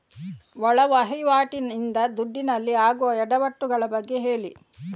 ಒಳ ವಹಿವಾಟಿ ನಿಂದ ದುಡ್ಡಿನಲ್ಲಿ ಆಗುವ ಎಡವಟ್ಟು ಗಳ ಬಗ್ಗೆ ಹೇಳಿ